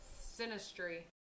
Sinistry